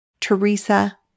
Teresa